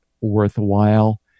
worthwhile